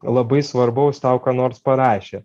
labai svarbaus tau ką nors parašė